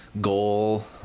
goal